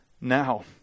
Now